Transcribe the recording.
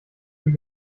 hier